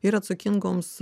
ir atsakingoms